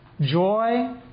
joy